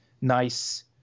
nice